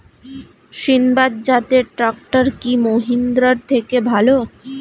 সিণবাদ জাতের ট্রাকটার কি মহিন্দ্রার থেকে ভালো?